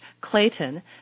Clayton